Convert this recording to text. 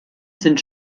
sind